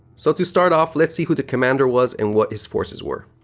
so, to start off, let's see who the commander was and what his forces were.